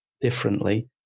differently